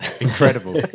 incredible